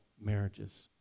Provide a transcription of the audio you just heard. marriages